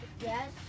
yes